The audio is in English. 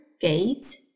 gate